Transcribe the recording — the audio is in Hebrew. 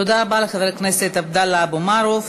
תודה רבה, חבר הכנסת עבדאללה אבו מערוף.